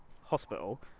hospital